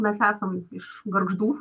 mes esam iš gargždų